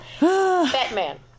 Batman